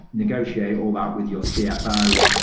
negotiate all that with your cfo.